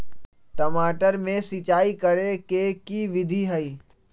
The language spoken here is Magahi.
टमाटर में सिचाई करे के की विधि हई?